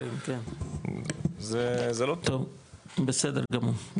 טוב, בסדר גמור.